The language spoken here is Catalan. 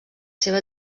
seva